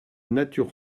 nature